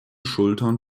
schultern